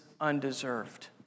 undeserved